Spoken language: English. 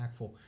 impactful